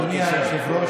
אדוני היושב-ראש,